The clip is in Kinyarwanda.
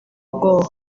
ubwoba